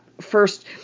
first